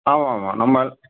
ஆமாம் ஆமாம் நம்ம